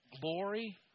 glory